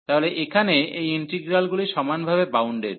তাহলে এখানে এই ইন্টিগ্রালগুলি সমানভাবে বাউন্ডেড